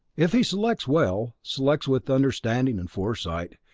if he selects well, selects with understanding and foresight,